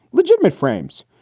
legitimate frames.